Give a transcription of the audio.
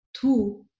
two